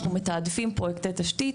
אנחנו מתעדפים פרויקטי תשתית.